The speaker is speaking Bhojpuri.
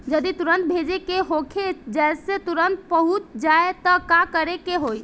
जदि तुरन्त भेजे के होखे जैसे तुरंत पहुँच जाए त का करे के होई?